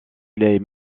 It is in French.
les